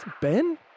Ben